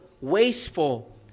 wasteful